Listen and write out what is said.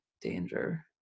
danger